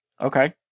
Okay